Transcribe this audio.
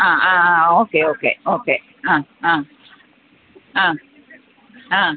ആ ആ ആ ഓക്കെ ഓക്കെ ഓക്കെ ആ ആ ആ ആ